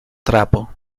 trapo